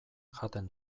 jaten